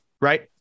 right